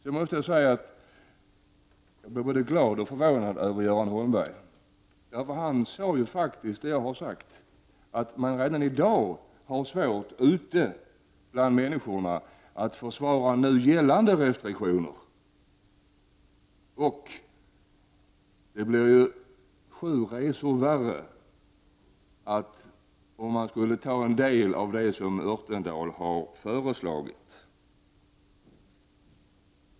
Sedan måste jag säga att jag är både glad och förvånad över vad Bo Holmberg säger. Han sade faktiskt att det redan i dag är svårt för människorna att följa nu gällande restriktioner. Det blir ju sju resor värre, om man skulle anta något av vad Örtendahl har föreslagit.